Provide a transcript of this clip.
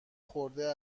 خورده